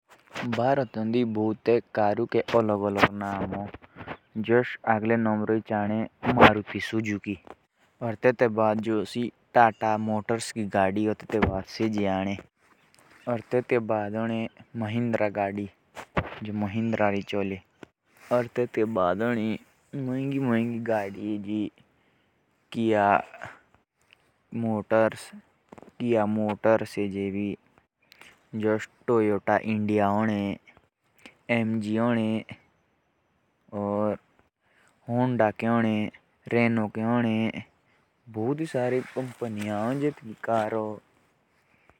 Alto. Kia Motors. Toyota India. Honda Maruti. Suzuki और भी कई होती हैं।